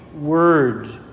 word